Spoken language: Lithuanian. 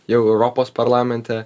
jau europos parlamente